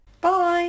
Bye